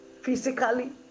physically